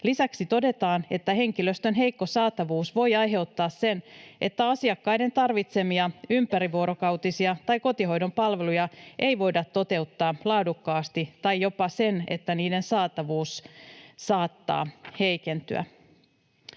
Lisäksi todetaan, että henkilöstön heikko saatavuus voi aiheuttaa sen, että asiakkaiden tarvitsemia ympärivuorokautisia tai kotihoidon palveluja ei voida toteuttaa laadukkaasti, tai jopa sen, että niiden saatavuus saattaa heikentyä.